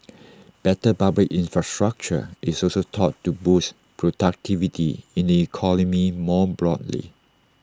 better public infrastructure is also thought to boost productivity in the economy more broadly